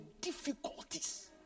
difficulties